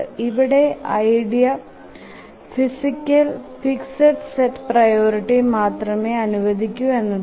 ഇവിടുത്തെ idea fixed set priority മാത്രമേ അനുവദിക്കൂ എന്നതാണ്